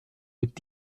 mit